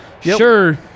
sure